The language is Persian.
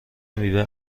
میوه